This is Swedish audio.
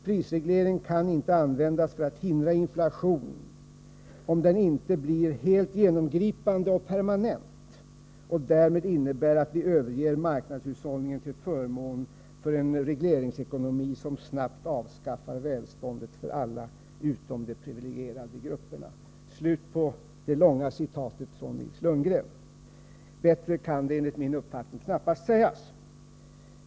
Prisreglering kan inte användas för att hindra inflation om den inte blir helt genomgripande och permanent och därmed innebär att vi överger marknadshushållningen till förmån för en regleringsekonomi som snabbt avskaffar välståndet för alla utom de privilegierade grupperna.” Bättre kan det enligt min mening knappast sägas.